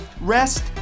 rest